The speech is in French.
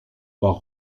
part